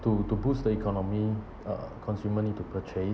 to to boost the economy uh consumer need to purchase